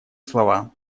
слова